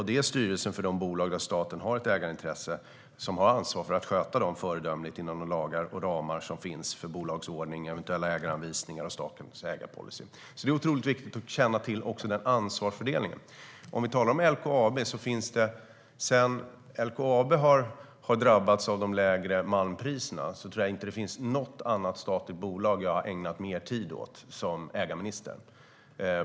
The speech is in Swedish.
Det är styrelsen för de bolag där staten har ett ägarintresse som har ansvar för att sköta dem föredömligt inom de ramar som finns, med lagar, bolagsordning, eventuella ägaranvisningar och statens ägarpolicy. Det är otroligt viktigt att känna till den ansvarsfördelningen. Om vi talar om LKAB: Sedan LKAB drabbades av de lägre malmpriserna tror jag inte att det finns något annat statligt bolag som jag har ägnat mer tid åt som ägarminister.